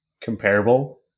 comparable